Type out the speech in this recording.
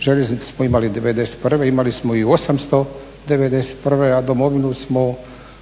željeznicu smo imali '91. imali smo ju i 1891. a Domovinu smo